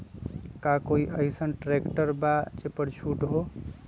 का कोइ अईसन ट्रैक्टर बा जे पर छूट हो?